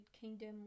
Kingdom